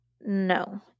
No